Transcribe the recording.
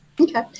Okay